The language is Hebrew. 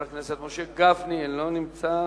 חבר הכנסת משה גפני, לא נמצא,